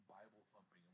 Bible-thumping